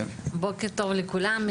בוקר טוב לכולם,